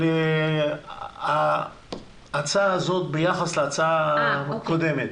של ההצעה הזאת ביחס להצעה הקודמת.